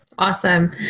Awesome